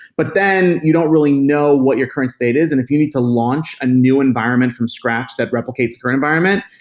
but then you don't really know what your current state is and if you need to launch a new environment from scratch that replicates for environment,